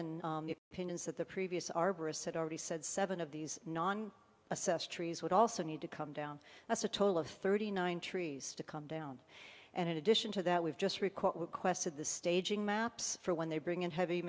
opinions that the previous arborists had already said seven of these non assessed trees would also need to come down that's a total of thirty nine trees to come down and in addition to that we've just record quested the staging maps for when they bring in heavy